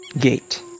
gate